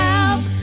Help